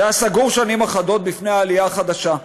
שהיה סגור שנים אחדות בפני העלייה החדשה".